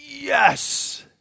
yes